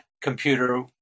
computer